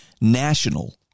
national